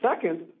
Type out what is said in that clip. second